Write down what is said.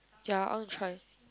ya I want to try